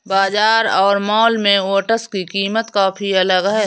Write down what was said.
बाजार और मॉल में ओट्स की कीमत काफी अलग है